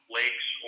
lakes